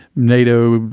nato,